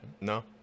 No